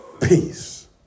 peace